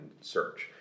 search